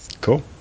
Cool